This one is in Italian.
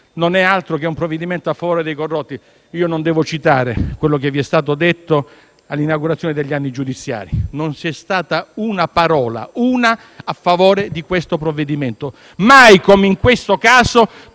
non è altro che un provvedimento a favore dei corrotti. Non devo citare quello che vi è stato detto all'inaugurazione dell'anno giudiziario, dove non c'è stata una parola a favore di questo provvedimento. Mai, come in questo caso,